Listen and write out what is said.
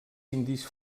indis